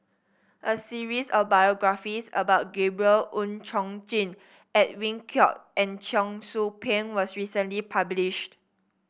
a series of biographies about Gabriel Oon Chong Jin Edwin Koek and Cheong Soo Pieng was recently published